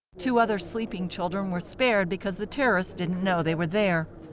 two other sleeping children were spared because the terrorists didn't know they were there.